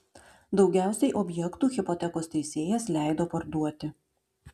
daugiausiai objektų hipotekos teisėjas leido parduoti